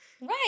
Right